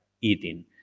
eating